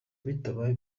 bitabaye